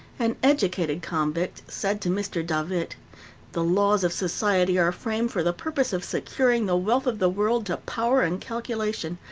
an educated convict said to mr. davitt the laws of society are framed for the purpose of securing the wealth of the world to power and calculation,